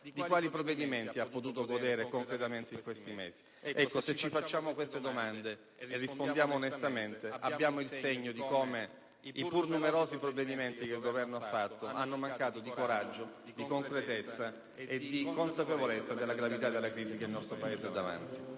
di quale provvedimenti ha potuto godere concretamente in questi mesi? Se ci facciamo queste domande e rispondiamo onestamente, abbiamo il segno di come i pur numerosi provvedimenti che il Governo ha adottato hanno mancato di coraggio, di concretezza e di consapevolezza della gravità della crisi che il nostro Paese ha davanti.